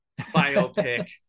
biopic